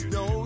no